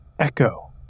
echo